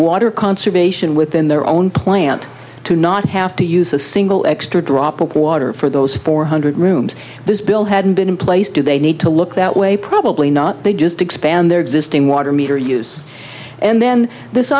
water conservation within their own plant to not have to use a single extra drop of water for those four hundred rooms this bill had been in place do they need to look that way probably not they just expand their existing water meter use and then this